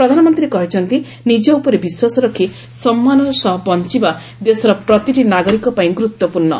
ପ୍ରଧାନମନ୍ତୀ କହିଛନ୍ତି ନିଜ ଉପରେ ବିଶ୍ୱାସ ରଖି ସମ୍ମାନର ସହ ବଞ୍ଚବା ଦେଶର ପ୍ରତିଟି ନାଗରିକପାଇଁ ଗୁରୁତ୍ୱପୂର୍ଣ୍ଣ